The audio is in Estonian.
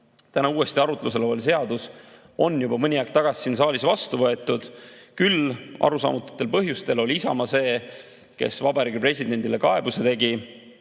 täna uuesti arutlusel olev seadus on juba mõni aeg tagasi siin saalis vastu võetud, küll arusaamatutel põhjustel oli Isamaa see, kes Vabariigi Presidendile kaebuse tegi